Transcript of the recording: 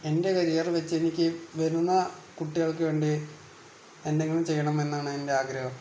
എൻ്റെ കരിയറ് വച്ച് എനിക്ക് വരുന്ന കുട്ടികൾക്ക് വേണ്ടി എന്തെങ്കിലും ചെയ്യണമെന്നാണ് എൻ്റെ ആഗ്രഹം